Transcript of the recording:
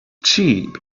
cheap